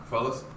Fellas